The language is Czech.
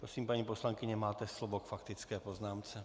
Prosím, paní poslankyně, máte slovo k faktické poznámce.